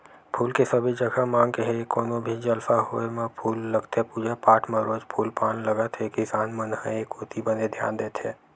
फूल के सबे जघा मांग हे कोनो भी जलसा होय म फूल लगथे पूजा पाठ म रोज फूल पान लगत हे किसान मन ह ए कोती बने धियान देत हे